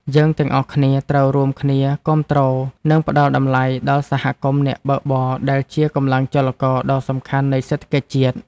យើងទាំងអស់គ្នាត្រូវរួមគ្នាគាំទ្រ និងផ្ដល់តម្លៃដល់សហគមន៍អ្នកបើកបរដែលជាកម្លាំងចលករដ៏សំខាន់នៃសេដ្ឋកិច្ចជាតិ។